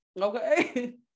okay